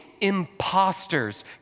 imposters